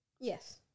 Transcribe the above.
Yes